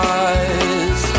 eyes